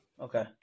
Okay